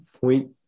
Point